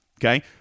okay